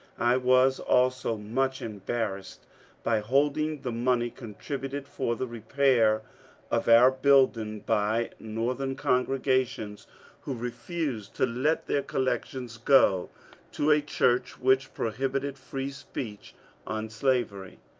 i was also much embarrassed by holding the money contributed for the repair of our building by northern congregations who refused to let their collections go to a church which prohibited free speech on slavery.